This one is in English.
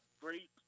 great